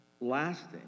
lasting